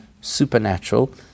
supernatural